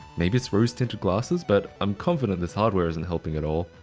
maybe it's rose-tinted glasses, but i'm confident this hardware isn't helping at all.